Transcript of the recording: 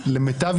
ממנה.